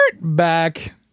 back